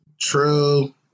True